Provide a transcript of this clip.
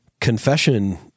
confession